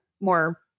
more